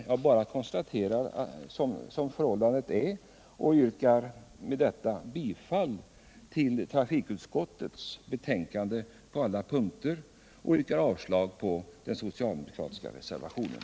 Jag konstaterar bara hur förhållandet är och yrkar bifall till utskottets hemställan på samtliga punkter samt avslag på de socialdemokratiska reservationerna.